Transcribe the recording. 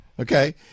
Okay